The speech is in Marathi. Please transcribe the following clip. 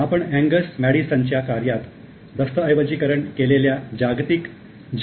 आपण अँगस मॅडीसनच्या कार्यात दस्तऐवजीकरण केलेल्या जागतिक जी